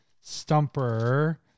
stumper